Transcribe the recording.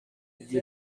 bwite